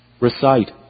Recite